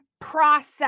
process